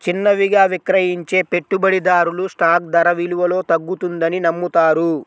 చిన్నవిగా విక్రయించే పెట్టుబడిదారులు స్టాక్ ధర విలువలో తగ్గుతుందని నమ్ముతారు